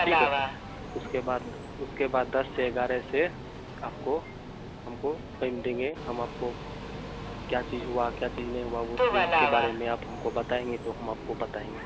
ठीक है उसके बाद उसके बाद दस से ग्यारह से आपको हमको टाइम देंगे हम आपको क्या चीज़ हुआ क्या चीज़ नहीं हुआ उस उसके बारे में आप हमको बताएँगे तो हम आपको बताएँगे